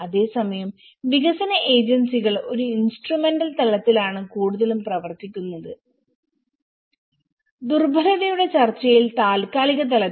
അതേസമയം വികസന ഏജൻസികൾ ഒരു ഇൻസ്ട്രുമെന്റൽ തലത്തിലാണ് കൂടുതലും പ്രവർത്തിക്കുന്നത് ദുർബലതയുടെ ചർച്ചയിൽ താൽക്കാലിക തലത്തിൽ